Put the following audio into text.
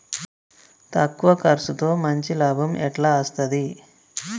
తక్కువ కర్సుతో మంచి లాభం ఎట్ల అస్తది?